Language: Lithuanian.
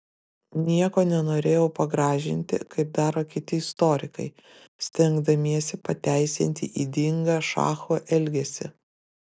nieko nenorėjau pagražinti kaip daro kiti istorikai stengdamiesi pateisinti ydingą šachų elgesį